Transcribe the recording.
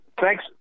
Thanks